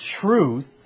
truth